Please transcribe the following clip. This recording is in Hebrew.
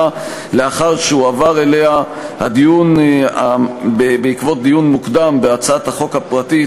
לאחר שהועבר אליה בעקבות דיון מוקדם בהצעת החוק הפרטית,